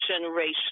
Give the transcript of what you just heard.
generation